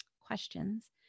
questions